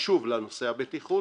שחשוב לה נושא הבטיחות,